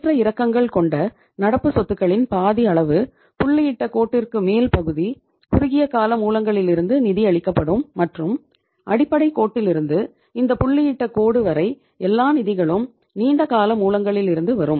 ஏற்ற இறக்கங்கள் கொண்ட நடப்பு சொத்துக்களின் பாதி அளவு புள்ளியிட்ட கோட்டிற்கு மேல் பகுதி குறுகியகால மூலங்களிலிருந்து நிதி அளிக்கப்படும் மற்றும் அடிப்படை கோட்டிலிருந்து இந்த புள்ளியிட்ட கோடு வரை எல்லா நிதிகளும் நீண்டகால மூலங்களிலிருந்து வரும்